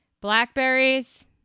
blackberries